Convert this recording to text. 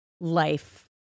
life